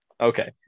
Okay